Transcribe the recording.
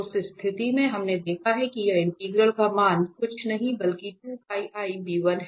उस स्थिति में हमने देखा है कि यह इंटीग्रल का मान कुछ नहीं बल्कि है